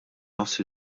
nofs